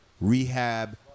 rehab